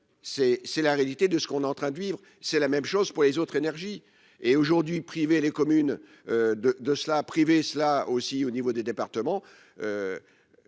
c'est la réalité de ce qu'on est en train de vivre, c'est la même chose pour les autres énergies et aujourd'hui privées les communes de de cela a privé cela aussi au niveau des départements